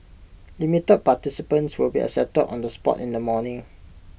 limited participants will be accepted on the spot in the morning